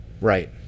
right